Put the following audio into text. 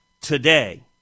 today